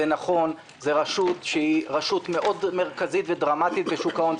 נכון, זו רשות מרכזית מאוד ודרמטית בשוק ההון.